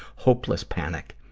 hopeless panic.